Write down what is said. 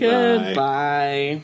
Goodbye